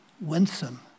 Winsome